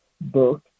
book